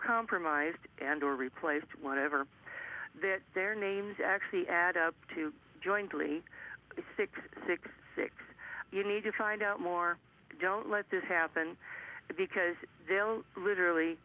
compromised and or replaced whatever that their names actually add up to jointly six six six you need to find out more don't let this happen because they'll literally